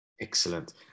Excellent